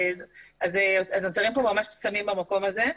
אז נוצרים פה ממש קסמים במקום הזה,